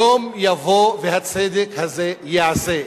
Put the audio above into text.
יום יבוא והצדק הזה ייעשה,